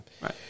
Right